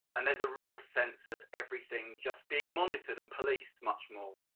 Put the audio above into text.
and there's a real sense of everything just being monitored and policed much more